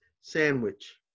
sandwich